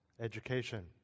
education